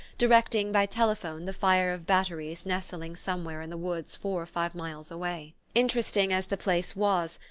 directing by telephone the fire of batteries nestling somewhere in the woods four or five miles away. interesting as the place was,